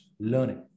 learning